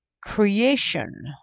creation